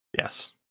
Yes